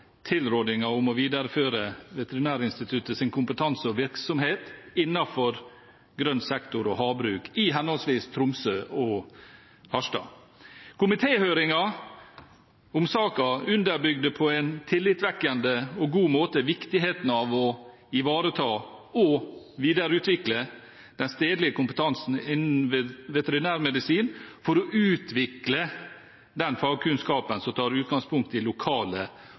havbruk i henholdsvis Tromsø og Harstad. Komitéhøringen om saken underbygde på en tillitvekkende og god måte viktigheten av å ivareta og videreutvikle den stedlige kompetansen innen veterinærmedisin for å utvikle den fagkunnskapen som tar utgangspunkt i lokale